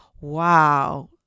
wow